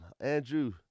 Andrew